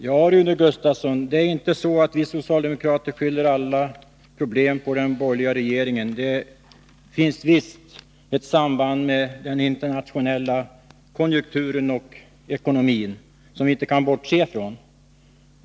Herr talman! Det är inte så, Rune Gustavsson, att vi socialdemokrater skyller alla problem på den borgerliga regeringen. Det finns visst ett samband mellan den internationella konjunkturen och ekonomin som vi inte kan bortse ifrån.